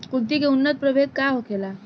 कुलथी के उन्नत प्रभेद का होखेला?